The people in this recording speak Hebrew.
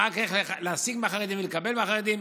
ורק איך להשיג מהחרדים ולקבל מהחרדים,